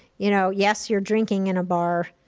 you know, yes, you're drinking in a bar,